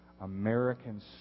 American